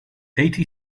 eighty